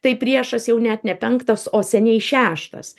tai priešas jau net ne penktas o seniai šeštas